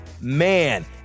man